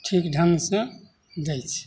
ठीक ढङ्ग से दै छै